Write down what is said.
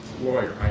lawyer